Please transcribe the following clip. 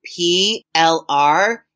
PLR